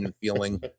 feeling